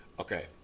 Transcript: Okay